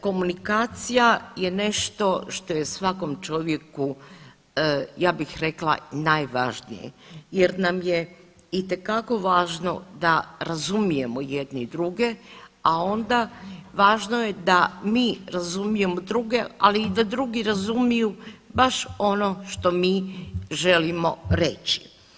Komunikacija je nešto što je svakom čovjeku ja bih rekla najvažnije jer nam je itekako važno da razumijemo jedno druge, a onda važno je da mi razumijemo druge ali i da drugi razumiju baš ono što mi želimo reći.